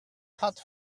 hat